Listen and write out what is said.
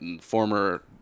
former